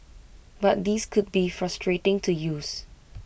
but these could be frustrating to use